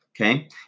okay